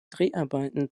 dreharbeiten